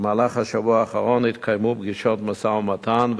במהלך השבוע האחרון התקיימו פגישות משא-ומתן,